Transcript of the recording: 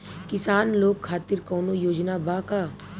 किसान लोग खातिर कौनों योजना बा का?